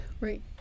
Right